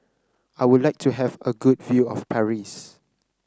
I would like to have a good view of Paris